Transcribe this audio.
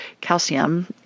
calcium